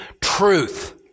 truth